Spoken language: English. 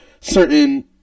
certain